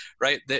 right